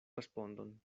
respondon